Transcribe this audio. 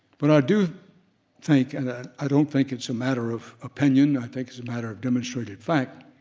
but i do think, and i i don't think it's a matter of opinion, i think it's a matter of demonstrated fact,